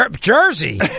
Jersey